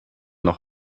noch